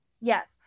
yes